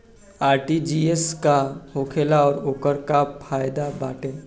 RTGS का होखेला और ओकर का फाइदा बाटे?